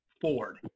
Ford